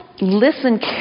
Listen